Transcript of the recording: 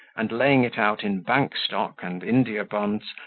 and laying it out in bank-stock, and india-bonds,